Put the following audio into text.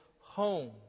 home